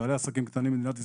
בעלי עסקים קטנים במדינת ישראל.